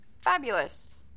fabulous